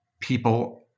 people